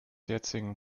jetzigen